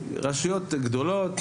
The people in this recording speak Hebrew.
רשויות גדולות,